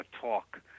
talk